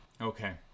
Okay